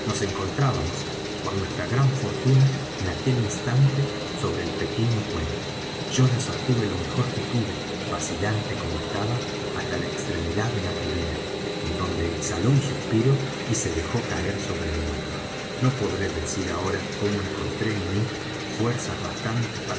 nos encontrábamos por nuestra gran fortuna en aquel instante sobre el pequeño puente yo la sostuve lo mejor que pude vacilante como estaba hasta la extremidad de la ribera en donde exhaló un suspiro y se dejó caer sobre mi hombro no podré decir ahora cómo encontré en mí fuerzas bastantes